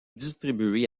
distribué